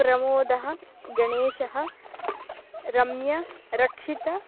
प्रमोदः गणेशः रम्या रक्षिता